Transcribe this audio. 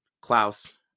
Klaus